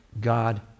God